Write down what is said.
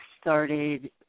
started